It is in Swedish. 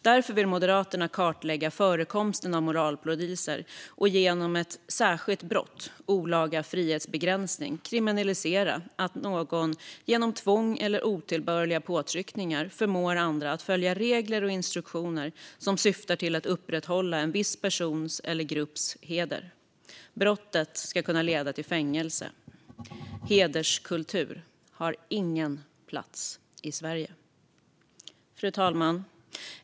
Därför vill Moderaterna kartlägga förekomsten av moralpoliser och genom ett särskilt brott, olaga frihetsbegränsning, kriminalisera att någon genom tvång eller otillbörliga påtryckningar förmår andra att följa regler och instruktioner som syftar till att upprätthålla en viss persons eller grupps heder. Brottet ska kunna leda till fängelse. Hederskultur har ingen plats i Sverige. Fru talman!